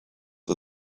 are